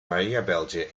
mariabeeldje